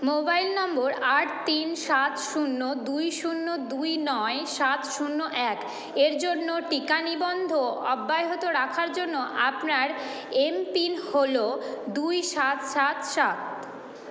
mobile নম্বর আট তিন সাত শূন্য দুই শূন্য দুই নয় সাত শূন্য এক এর জন্য টিকা নিবন্ধ অব্যাহত রাখার জন্য আপনার এমপিন হল দুই সাত সাত সাত